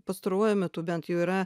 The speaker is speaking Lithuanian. pastaruoju metu bent jau yra